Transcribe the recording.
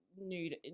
nude